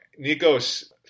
Nikos